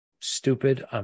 stupid